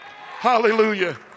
Hallelujah